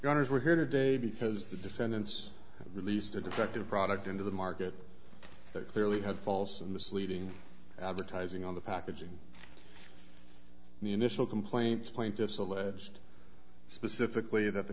gunner's we're here today because the defendants released a defective product into the market that clearly had false and misleading advertising on the packaging the initial complaint plaintiffs alleged specifically that the